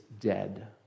dead